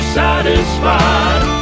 satisfied